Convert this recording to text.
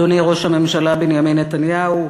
אדוני ראש הממשלה בנימין נתניהו,